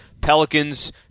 Pelicans